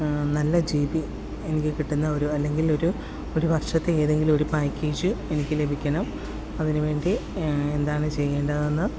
നല്ല G B എനിക്ക് കിട്ടുന്ന ഒരു അല്ലെങ്കിൽ ഒരു ഒരു വർഷത്തെ ഏതെങ്കിലും ഒരു പാക്കേജ് എനിക്ക് ലഭിക്കണം അതിനുവേണ്ടി എന്താണ് ചെയ്യേണ്ടതെന്ന്